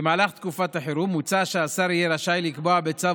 במהלך תקופת החירום מוצע שהשר יהיה רשאי לקבוע בצו